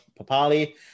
Papali